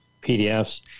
PDFs